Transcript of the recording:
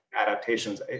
adaptations